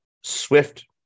Swift